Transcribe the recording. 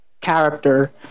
character